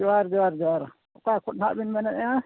ᱡᱚᱦᱟᱨ ᱡᱚᱦᱟᱨ ᱡᱚᱦᱟᱨ ᱚᱠᱟ ᱠᱷᱚᱱ ᱦᱟᱸᱜ ᱵᱤᱱ ᱢᱮᱱᱮᱫᱼᱟ